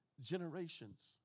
generations